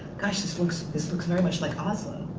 gosh this looks this looks very much like oslo.